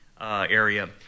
area